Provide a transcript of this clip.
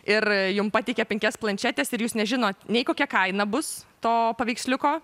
ir jums pateikia penkias planšetes ir jūs nežinot nei kokia kaina bus to paveiksliuko